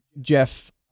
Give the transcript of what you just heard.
Jeff